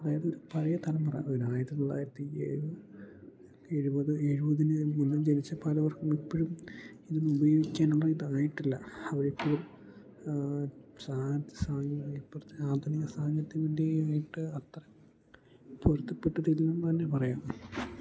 അതായത് ഒരു പഴയ തലമുറ ഒരു ആയിരത്തി തൊള്ളായിരത്തി ഏഴ് എഴുപത് എഴുപതിന് മുന്നം ജനിച്ച് പലവർക്കും ഇപ്പോഴും ഇതൊന്നും ഉപയോഗിക്കാനുള്ള ഇതായിട്ടില്ല അവർ ഇപ്പോഴും സാ സ ഇപ്പർത്തെ ആധുനിക സാഹിത്യ വിദ്യയായിട്ട് അത്രം പൊരുത്തപ്പെട്ടിട്ട് ഇല്ലെന്ന് തന്നെ പറയാം